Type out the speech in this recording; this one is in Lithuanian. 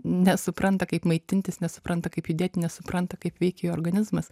nesupranta kaip maitintis nesupranta kaip judėt nesupranta kaip veikia jo organizmas